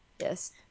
Yes